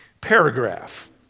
paragraph